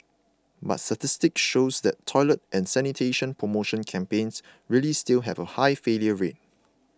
but statistics shows that toilet and sanitation promotion campaigns really still have a high failure rate